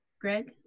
greg